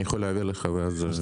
אני יכול להעביר לך אותה.